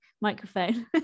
microphone